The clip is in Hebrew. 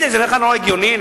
זה נראה לך הגיוני?